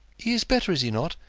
he is better, is he not?